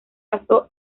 pasó